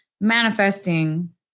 manifesting